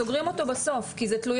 הוא הדבר שסוגרים אותו בסוף כי זה תלוי